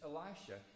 Elisha